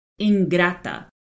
Ingrata